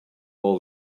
all